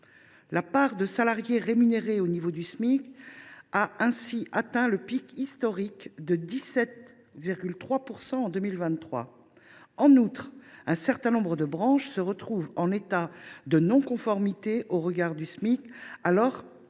La part de salariés rémunérés au niveau du Smic a ainsi atteint le pic historique de 17,3 % en 2023. En outre, un certain nombre de branches se retrouvent en état de non conformité au regard du Smic, alors même